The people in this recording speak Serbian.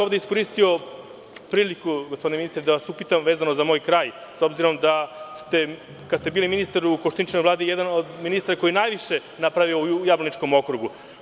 Ovde bih iskoristio priliku gospodine ministre da vas upitam, vezano za moj kraj, s obzirom kad ste bili ministar u Koštuničinoj vladi jedan od ministara koji je najviše napravio u Jablaničkom okrugu.